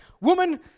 woman